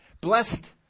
Blessed